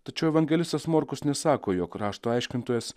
tačiau evangelistas morkus nesako jog rašto aiškintojas